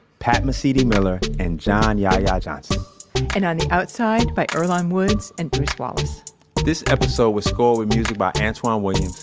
pat mesiti-miller, and john yahya johnson and on the outside by earlonne woods and bruce wallace this episode was scored with music by antwan williams,